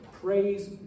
Praise